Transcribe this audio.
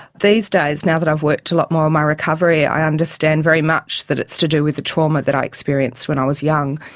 these days, now that i've worked a lot more on my recovery, i understand very much that it's to do with the trauma that i experienced when i was young,